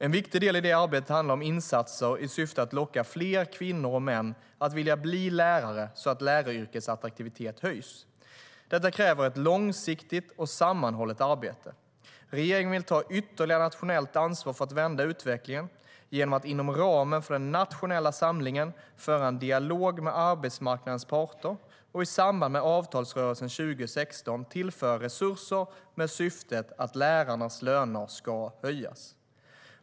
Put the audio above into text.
En viktig del i det arbetet handlar om insatser i syfte att locka fler kvinnor och män att vilja bli lärare så att läraryrkets attraktivitet höjs. Detta kräver ett långsiktigt och sammanhållet arbete. Regeringen vill ta ytterligare nationellt ansvar för att vända utvecklingen genom att inom ramen för den nationella samlingen föra en dialog med arbetsmarknadens parter och i samband med avtalsrörelsen 2016 tillföra resurser med syftet att lärarnas löner ska höjas.